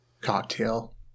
cocktail